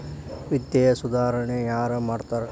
ವಿತ್ತೇಯ ಸುಧಾರಣೆ ಯಾರ್ ಮಾಡ್ತಾರಾ